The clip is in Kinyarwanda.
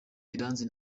iranzi